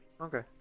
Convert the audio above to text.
Okay